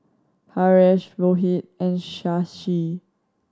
Haresh Rohit and Shashi